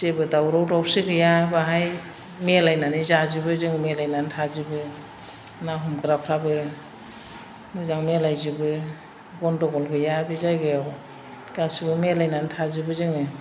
जेबो दावराव दावसि गैया बेवहाय मिलायनानै जाजोबो जों मिलायनानै थाजोबो ना हमग्राफ्राबो मोजां मिलायजोबो गन्द'गल गैया बे जायगायाव गासैबो मिलायनानै थाजोबो जोंङो